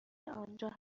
آنجا